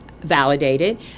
validated